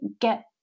get